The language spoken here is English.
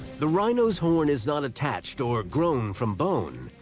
the rhino's horn is not attached or grown from bone,